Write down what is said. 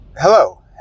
Hello